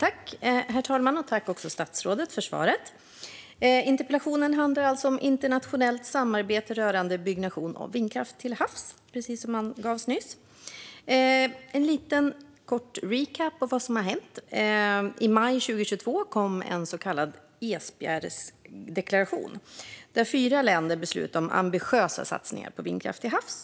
Herr talman! Jag tackar statsrådet för svaret. Interpellationen handlade alltså om internationellt samarbete rörande byggnation av vindkraft till havs, precis som angavs nyss. Jag vill ge en kort recap av vad som har hänt. I maj 2022 kom en så kallad Esbjergsdeklaration där fyra länder beslutade om ambitiösa satsningar på vindkraft till havs.